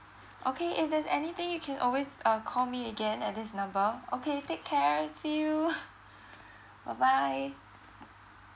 okay if there's anything you can always uh call me again at this number okay take care see you bye bye